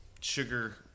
Sugar